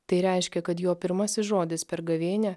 tai reiškia kad jo pirmasis žodis per gavėnią